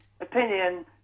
opinion